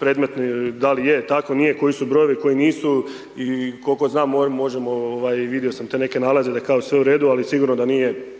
predmet da li je tako nije, koji su brojevi, koji nisu i kolko znam možemo vidio sam te neke nalaze da je kao sve u redu, ali sigurno da nije